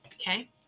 okay